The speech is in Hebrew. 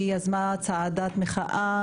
היא יזמה צעדת מחאה,